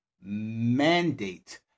mandate